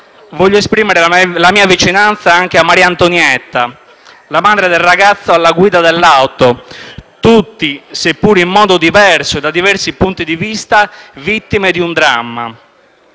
voglio esprimere la mia vicinanza anche a Maria Antonietta, la madre del ragazzo alla guida dell'auto, tutti, seppur in modo diverso e da diversi punti di vista, vittime di un dramma.